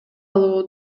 алуу